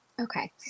Okay